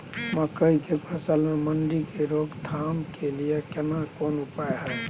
मकई की फसल मे सुंडी के रोक थाम के लिये केना कोन उपाय हय?